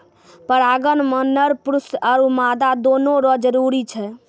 परागण मे नर पुष्प आरु मादा दोनो रो जरुरी छै